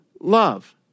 love